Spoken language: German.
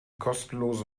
kostenlose